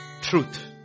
truth